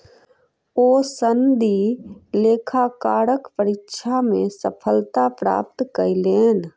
ओ सनदी लेखाकारक परीक्षा मे सफलता प्राप्त कयलैन